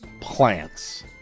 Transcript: plants